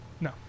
No